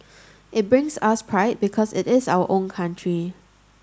it brings us pride because it is our own country